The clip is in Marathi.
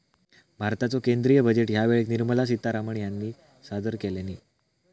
भारताचो केंद्रीय बजेट ह्या वेळेक निर्मला सीतारामण ह्यानी सादर केल्यानी